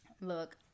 look